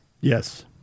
Yes